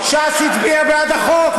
ש"ס הצביעה בעד החוק.